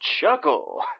Chuckle